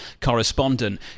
correspondent